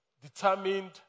determined